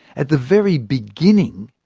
at the very beginning,